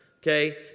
okay